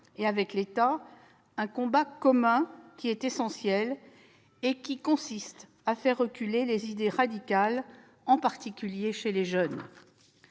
et avec l'État, un combat commun essentiel, consistant à faire reculer les idées radicales, en particulier chez les jeunes.